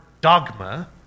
dogma